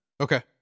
Okay